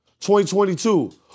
2022